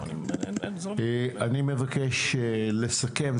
אני מבקש לסכם.